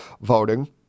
voting